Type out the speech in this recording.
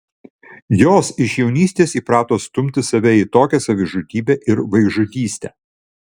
jos iš jaunystės įprato stumti save į tokią savižudybę ir vaikžudystę